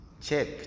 check